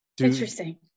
interesting